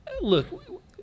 look